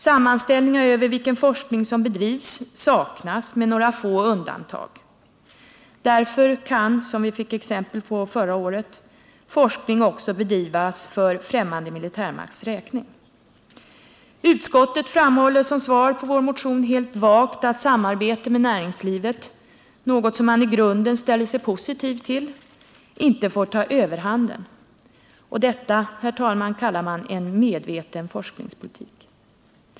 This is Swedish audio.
Sammanställningar över vilken forskning som bedrivs saknas med några få undantag. Därför kan, som vi fick exempel på förra året, forskning t. 0. m. bedrivas för främmande militärmakts räkning. Utskottet framhåller som svar på vår motion helt vagt att samarbete med näringslivet, något som man i grunden ställer sig positiv till, inte få ta överhanden. Och detta, herr talman, skall kallas en medveten forskningspolitik!